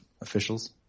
officials